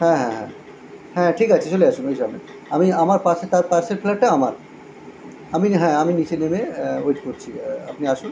হ্যাঁ হ্যাঁ হ্যাঁ হ্যাঁ ঠিক আছে চলে আসুন ওই যে আমি আমার পাশে তার পাশের ফ্ল্যাটটা আমার আমি হ্যাঁ আমি নিচে নেমে ওয়েট করছি আপনি আসুন